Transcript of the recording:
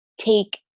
take